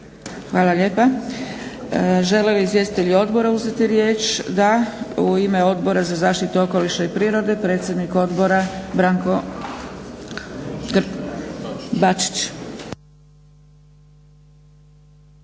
Hvala lijepa. Žele li izvjestitelji odbora uzeti riječ? Da. U ime Odbora za zaštitu okoliša i prirode predsjednik odbora Branko Bačić.